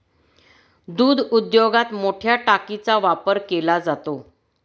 दूध उद्योगात मोठया टाकीचा वापर केला जातो